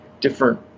Different